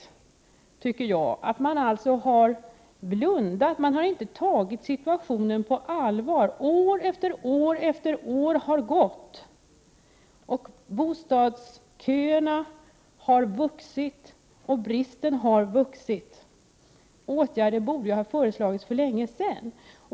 Jag tycker det är så påtagligt att man har blundat och inte tagit situationen på allvar. År efter år har gått, bostadsköerna har vuxit, och bristen har blivit större. Åtgärder borde ha föreslagits för länge sedan.